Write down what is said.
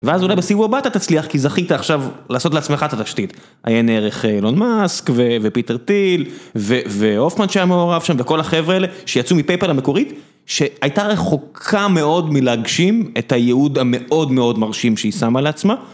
ואז אולי בסיבוב הבא אתה תצליח, כי זכית עכשיו לעשות לעצמך את התשתית, עיין ערך אילון מאסק, ופיטר טיל והופמן שהיה מעורב שם, וכל החבר'ה האלה שיצאו מפייפל המקורית, שהייתה רחוקה מאוד מלהגשים את הייעוד המאוד מאוד מרשים שהיא שמה לעצמה.